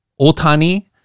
Otani